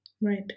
Right